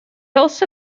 also